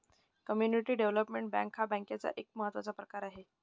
community development bank हा बँकेचा एक महत्त्वाचा प्रकार आहे